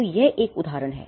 तो यह एक उदाहरण है